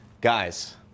Guys